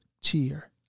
cheer